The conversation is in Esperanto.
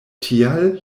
tial